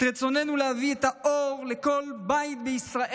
את רצוננו להביא את האור לכל בית ובית,